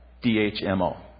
dhmo